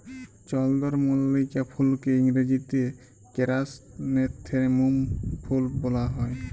চলদরমল্লিকা ফুলকে ইংরাজিতে কেরাসনেথেমুম ফুল ব্যলা হ্যয়